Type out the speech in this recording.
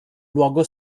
luogo